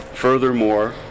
Furthermore